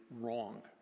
wrong